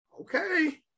okay